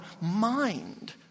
mind